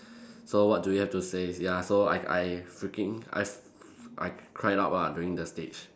so what do you have to say ya so I I freaking I f~ I cried up ah during the stage